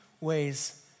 ways